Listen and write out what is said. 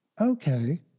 okay